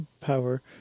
power